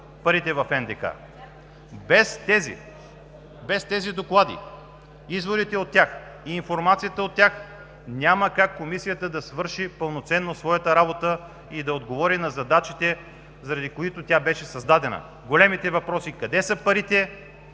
парите в НДК. Без тези доклади изводите и информацията от тях Комисията няма как да свърши пълноценно своята работа и да отговори на задачите, заради които тя беше създадена, и на големите въпросите: къде са парите